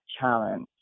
challenge